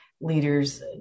leaders